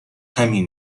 همین